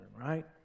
right